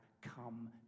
come